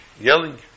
yelling